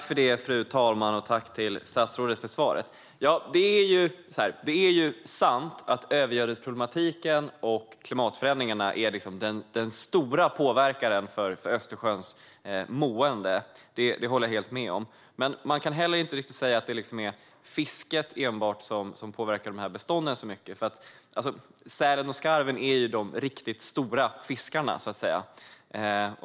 Fru talman! Tack, statsrådet, för svaret! Det är sant att övergödningsproblematiken och klimatförändringarna är de faktorer som har störst påverkan på Östersjöns mående; det håller jag helt med om. Men man kan heller inte säga att det enbart är fisket som påverkar dessa bestånd så mycket. Sälen och skarven är de fiskare som är riktigt stora, så att säga.